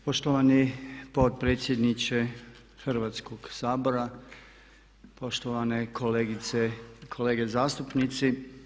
Poštovani potpredsjedniče Hrvatskog sabora, poštovane kolegice i kolege zastupnici.